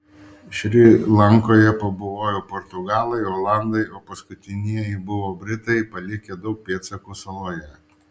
šri lankoje pabuvojo portugalai olandai o paskutinieji buvo britai palikę daug pėdsakų saloje